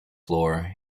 floor